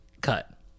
cut